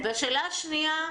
והשאלה השנייה,